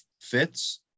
fits